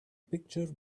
picture